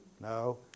No